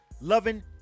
loving